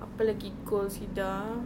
apa lagi goals kita ah